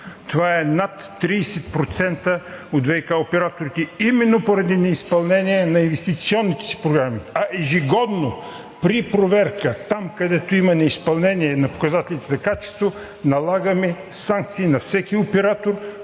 това е над 30% от ВиК операторите, именно поради неизпълнение на инвестиционните си програми. А ежегодно при проверка там, където има неизпълнение на показателите за качество, налагаме санкции на всеки оператор,